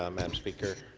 um madam speaker.